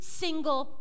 single